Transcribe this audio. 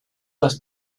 les